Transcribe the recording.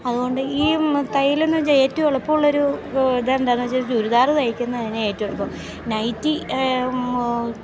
അതുകൊണ്ട് ഈ തയ്യൽ എന്നു വെച്ചാൽ ഏറ്റവും എളുപ്പമുള്ളൊരു ഇതെന്താണെന്നു വെച്ചാൽ ചുരിദാർ തയ്ക്കുന്നതുതന്നെ ഏറ്റവും എളുപ്പം നൈറ്റി